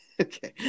okay